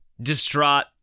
distraught